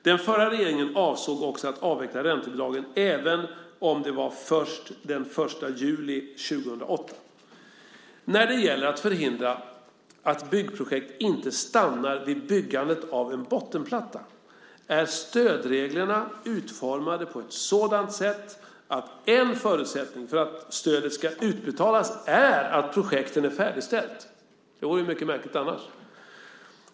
Den förra regeringen avsåg också att avveckla räntebidragen, även om det var först från den 1 juli 2008. När det gäller att förhindra att byggprojekt stannar vid byggandet av en bottenplatta är stödreglerna utformade på ett sådant sätt att en förutsättning för att stödet ska utbetalas är att projektet är färdigställt. Det vore mycket märkligt annars.